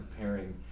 preparing